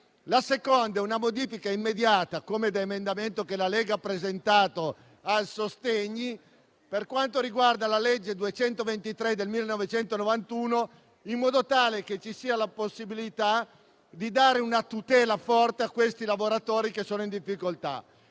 la seconda è una modifica immediata, come da emendamento che la Lega ha presentato al decreto-legge sostegni, per quanto riguarda la legge n. 223 del 1991, in modo tale che ci sia la possibilità di dare una tutela forte a questi lavoratori in difficoltà.